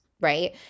right